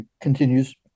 continues